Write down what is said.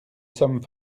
sommes